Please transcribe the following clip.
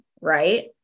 right